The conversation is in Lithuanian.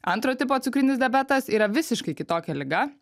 antro tipo cukrinis diabetas yra visiškai kitokia liga